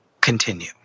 continue